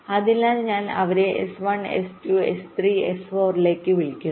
അതിനാൽ ഞാൻ അവരെ S1 S2 S3 S4 എന്ന് വിളിക്കുന്നു